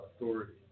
authority